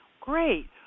Great